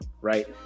right